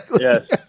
Yes